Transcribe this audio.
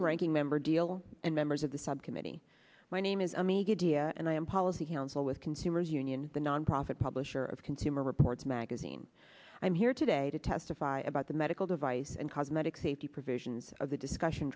ranking member deal and members of the subcommittee my name is a media and i am policy counsel with consumers union the nonprofit publisher of consumer reports magazine i'm here today to testify about the medical device and cosmetic safety provisions of the discussion